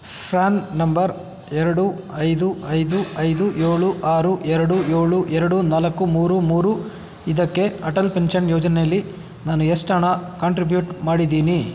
fan number ಎರಡು ಐದು ಐದು ಐದು ಏಳು ಆರು ಎರಡು ಏಳು ಎರಡು ನಾಲ್ಕು ಮೂರು ಮೂರು ಇದಕ್ಕೆ ಅಟಲ್ ಪೆನ್ಷನ್ ಯೋಜನೇಲಿ ನಾನು ಎಷ್ಟು ಹಣ ಕಾಂಟ್ರಿಬ್ಯೂಟ್ ಮಾಡಿದ್ದೀನಿ